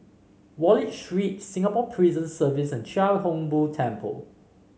Wallich Street Singapore Prison Service and Chia Hung Boo Temple